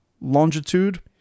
longitude